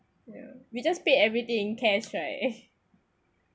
ya we just pay everything in cash right